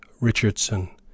Richardson